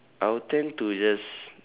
I'll tend to just